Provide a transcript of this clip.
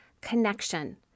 connection